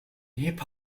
hip